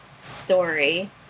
story